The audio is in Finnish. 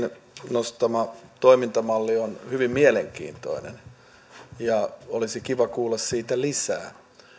nostama toimintamalli on hyvin mielenkiintoinen ja olisi kiva kuulla siitä lisää